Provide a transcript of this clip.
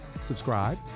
subscribe